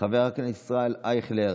חברת הכנסת קארין אלהרר,